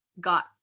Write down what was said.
got